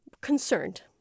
concerned